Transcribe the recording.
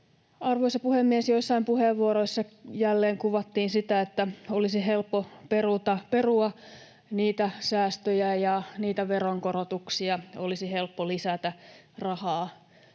Arvoisa puhemies! Joissain puheenvuoroissa jälleen kuvattiin sitä, että olisi helppo perua niitä säästöjä ja niitä veronkorotuksia, olisi helppo lisätä rahaa